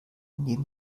neben